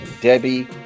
Debbie